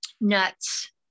Nuts